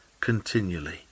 continually